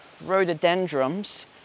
rhododendrons